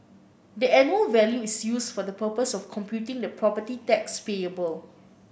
the annual value is used for the purpose of computing the property tax payable